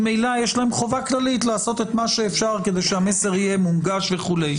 ממילא יש להן חובה כללית לעשות את מה שאפשר כדי שהמסר יהיה מונגש וכולי.